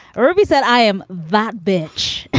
urbi said, i am that bitch